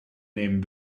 nehmen